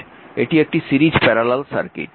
এটি একটি series parallel circuit